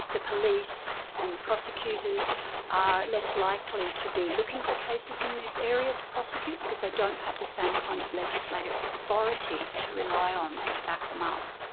the police and the prosecutors are less likely to be looking for cases in this area to prosecute because they don't have the same kind of legislative authority to rely on and to back them up.